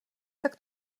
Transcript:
tak